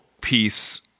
piece